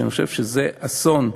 ואני חושב שזה אסון.